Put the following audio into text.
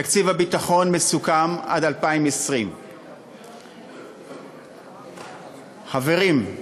תקציב הביטחון, מסוכם עד 2020. חברים,